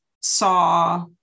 saw